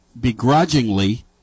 begrudgingly